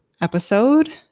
episode